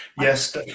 Yes